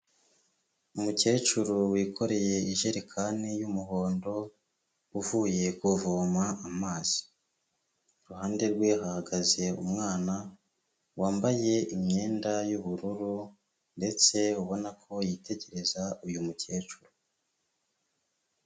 Umukecuru wikoreye ijerekani y'umuhondo, uvuye kuvoma amazi, iruhande rwe hagaze umwana, wambaye imyenda y'ubururu, ndetse ubona ko yitegereza uyu mukecuru.